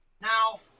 Now